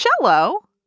Cello